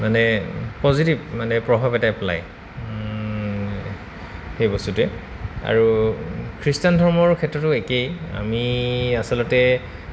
মানে পজিটিভ মানে প্ৰভাৱ এটাই পেলায় সেই বস্তুটোৱে আৰু খ্ৰীষ্টান ধৰ্মৰ ক্ষেত্ৰতো একেই আমি আচলতে